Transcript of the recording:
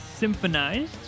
Symphonized